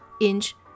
inch